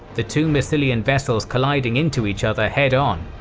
the two massilian vessels colliding into each other head on.